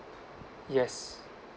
yes